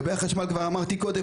כמו שאמרתי קודם,